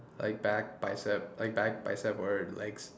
like back biceps like back biceps or legs